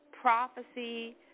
prophecy